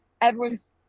everyone's